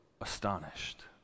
astonished